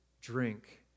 drink